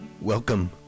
Welcome